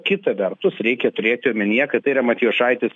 kita vertus reikia turėti omenyje kad tai yra matijošaitis